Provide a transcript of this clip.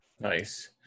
Nice